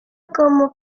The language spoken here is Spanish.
como